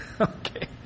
okay